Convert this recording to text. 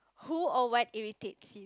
who or what irritates you